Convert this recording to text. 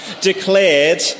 declared